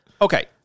Okay